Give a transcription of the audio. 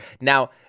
Now